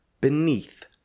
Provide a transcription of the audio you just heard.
beneath